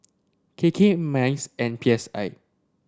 K K MICE and P S I